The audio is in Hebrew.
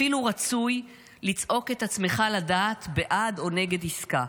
אפילו רצוי לצעוק את עצמך לדעת בעד או נגד עסקה,